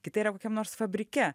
kita yra kokiam nors fabrike